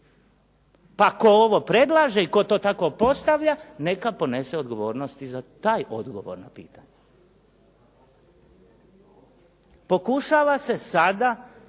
Pa tko to ovo predlaže i tko to tako i postavlja neka ponese odgovornost i za to pitanje. Pokušava se sada